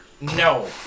No